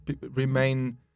remain